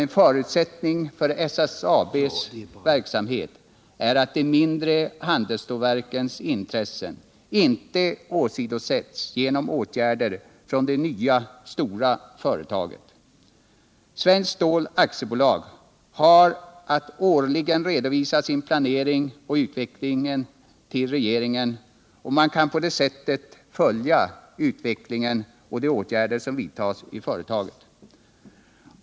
En förutsättning för SSAB:s verksamhet är att de mindre handelsstålverkens intressen inte åsidosättes genom åtgärder från det nya, stora företaget. Svenskt Stål AB har att årligen redovisa sin planering och utveckling till regeringen, och man kan på det sättet följa utvecklingen och de åtgärder som vidtas i företaget.